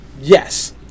Yes